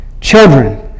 Children